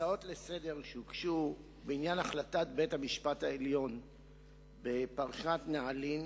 ההצעות לסדר-היום שהוגשו בעניין החלטת בית-המשפט העליון בפרשת נעלין